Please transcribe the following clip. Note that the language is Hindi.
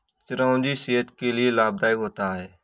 चिरौंजी सेहत के लिए लाभदायक होता है